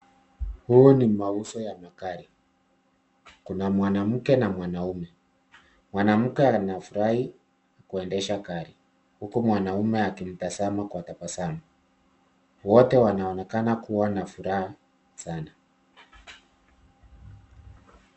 Huu ni mauzo ya magari, kuna mwanamke na mwanaume. Mwanamke anafurahi kuendesha gari huku mwanaume akimtazama kwa tabasamu. Wote wanaonekana kuwa na furaha sana.